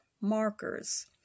markers